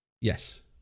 Yes